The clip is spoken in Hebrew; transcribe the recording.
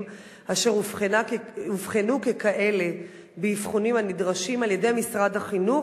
אשר אובחנו ככאלה באבחונים הנדרשים על-ידי משרד החינוך,